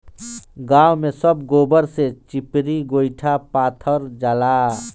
गांव में सब गोबर से चिपरी गोइठा पाथल जाला